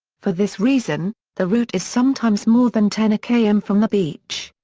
for this reason, the route is sometimes more than ten km from the beach.